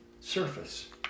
surface